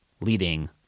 leading